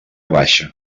baixa